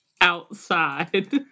Outside